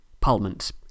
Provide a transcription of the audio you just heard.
Parliament